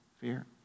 fear